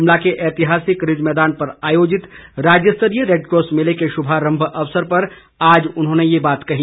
शिमला के ऐतिहासिक रिज मैदान पर आयोजित राज्य स्तरीय रेडक्रॉस मेले के शुभारंभ अवसर पर आज उन्होंने ये बात कही